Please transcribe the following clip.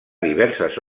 diverses